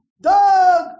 Doug